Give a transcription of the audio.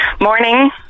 Morning